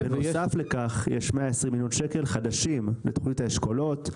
בנוסף לכך יש 120 מיליון שקל חדשים בתוכנית האשכולות,